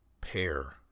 pair